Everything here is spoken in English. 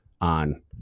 on